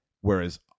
Whereas